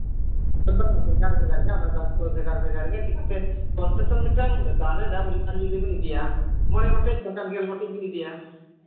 ᱵᱟᱝᱟ ᱵᱷᱮᱜᱟᱨ ᱵᱷᱮᱜᱟᱨ ᱜᱮᱭᱟ ᱚᱱᱟ ᱫᱟᱢ ᱠᱚ ᱵᱷᱮᱜᱟᱨ ᱵᱷᱮᱜᱟᱨ ᱜᱮᱭᱟ ᱪᱤᱠᱟᱹᱛᱮ ᱠᱚᱱᱥᱮᱱ ᱢᱤᱫᱴᱟᱱ ᱫᱟᱨᱮ ᱨᱮᱱᱟᱜ ᱩᱞ ᱫᱟᱨᱮ ᱡᱩᱫᱤ ᱵᱮᱱ ᱤᱫᱤᱭᱟ ᱢᱚᱬᱮ ᱜᱚᱴᱮᱡ ᱵᱟᱠᱷᱟᱱ ᱜᱮᱞ ᱜᱚᱴᱮᱡ ᱵᱮᱱ ᱤᱫᱤᱭᱟ